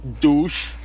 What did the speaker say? douche